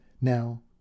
now